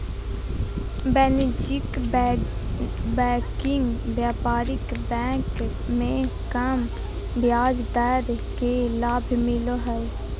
वाणिज्यिक बैंकिंग व्यापारिक बैंक मे कम ब्याज दर के लाभ मिलो हय